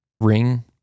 ring